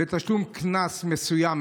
בתשלום קנס מסוים,